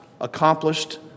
accomplished